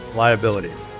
liabilities